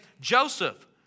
Joseph